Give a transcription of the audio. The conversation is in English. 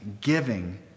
giving